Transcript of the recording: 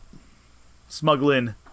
Smuggling